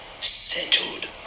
Settled